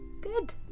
Good